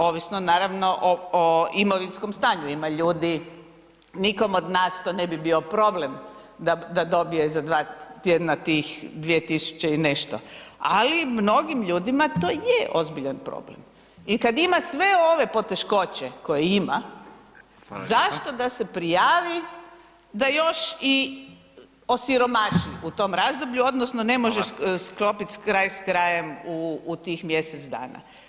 Ovisno naravno o imovinskom stanju, ima ljudi, nikome od nas to ne bi bio problem, da dobije za 2 tjedna tih 2 tisuće i nešto, ali mnogim ljudima to je ozbiljan problem i kad ima sve ove poteškoće koje ima [[Upadica: Hvala lijepa.]] zašto da se prijavi da još i osiromaši u tom razdoblju odnosno ne može [[Upadica: Hvala.]] sklopiti kraj s krajem u tih mjesec dana.